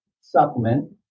supplement